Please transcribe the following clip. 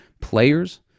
players